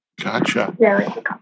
gotcha